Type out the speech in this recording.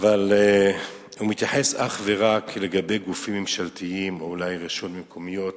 אבל הוא מתייחס אך ורק לגופים ממשלתיים או אולי לרשויות מקומיות,